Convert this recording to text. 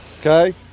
Okay